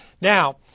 Now